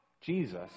Jesus